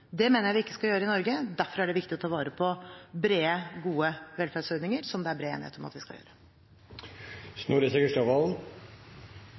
Det mener jeg vi ikke skal gjøre i Norge, derfor er det viktig å ta vare på brede, gode velferdsordninger, som det er bred enighet om at vi skal gjøre.